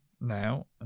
now